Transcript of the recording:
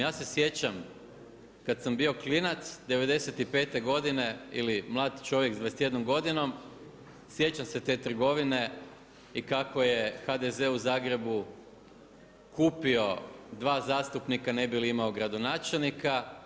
Ja se sjećam kad sam bio klinac 95' godine ili mlad čovjek s 21 godinom, sjećam se te trgovine i kako je HDZ u Zagrebu kupio dva zastupnika ne bi li imao gradonačelnika.